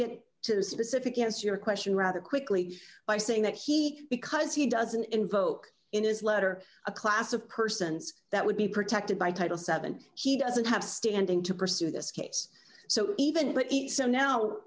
get to the specific answer your question rather quickly by saying that he because he doesn't invoke in his letter a class of persons that would be protected by title seven he doesn't have standing to pursue this case so even but it's so now